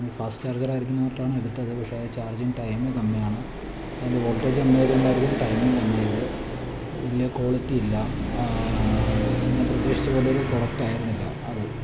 fast ചാർജറായിരിക്കും എന്ന് പറഞ്ഞിട്ടാണ് എടുത്തത് പക്ഷേ ചാർജിങ് ടൈമ് കമ്മിയാണ് അതിൻ്റെ വോൾട്ടേജ് കമ്മിയായോണ്ടായിരിക്കും ടൈമും കമ്മിയായത് പിന്നെ ക്വാളിറ്റി ഇല്ല ഞാൻ ഉദ്ദേശിച്ച പോലെ ഒരു പ്രൊഡക്റ്റായിരുന്നില്ല അത്